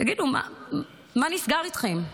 תגידו, מה נסגר איתכם?